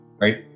right